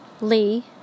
lee